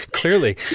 Clearly